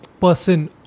person